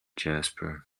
jasper